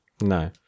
No